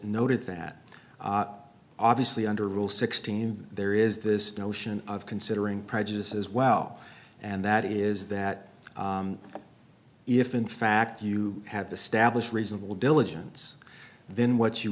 noted that obviously under rule sixteen there is this notion of considering prejudice as well and that is that if in fact you have the stablish reasonable diligence then what you